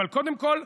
אבל קודם כול,